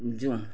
जाउँ